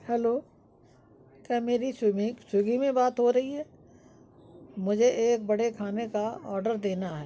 hello क्या मेरी स्विमी स्विगी में बात हो रही है मुझे एक बड़े खाने का ऑडर देना है